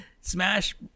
Smash